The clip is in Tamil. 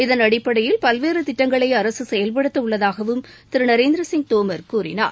இதன் அடிப்படையில் பல்வேறு திட்டங்களை அரசு செயல்படுத்த உள்ளதாகவும் திரு நரேந்திர சிங் தோமர் கூறினார்